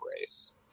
race